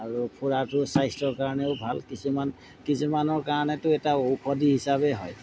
আৰু ফুৰাটো স্বাস্থ্যৰ কাৰণেও ভাল কিছুমান কিছুমানৰ কাৰণেতো এটা ঔষধি হিচাপেই হয়